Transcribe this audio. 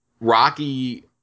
Rocky